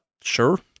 sure